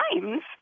times